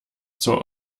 zur